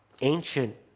ancient